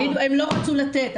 הם לא רצו לתת.